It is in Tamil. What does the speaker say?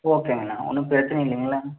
ஓகேங்கண்ணா ஒன்றும் பிரச்சனை இல்லைங்கல்ல